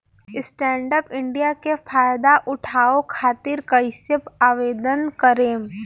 Stand up India के फाइदा उठाओ खातिर कईसे आवेदन करेम?